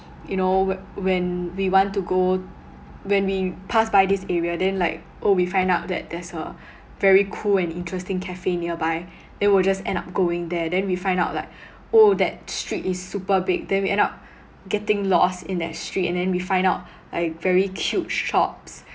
you know wh~ when we want to go when we pass by this area then like oh we find out that there's a very cool and interesting cafe nearby then we'll just end up going there then we find out like oh that street is super big then we end up getting lost in that street and then we find out like very cute shops